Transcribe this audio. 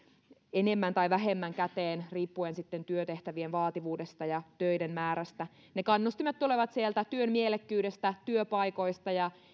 enemmän tai vähemmän käteen riippuen sitten työtehtävien vaativuudesta ja töiden määrästä ne kannustimet tulevat työn mielekkyydestä työpaikoista ja